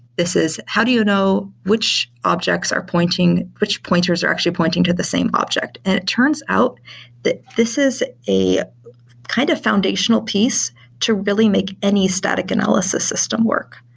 this is how do you know which objects are pointing which pointers are actually pointing to the same object. and it turns out that this is a kind of foundational piece to really make any static analysis system work.